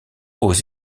aux